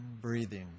breathing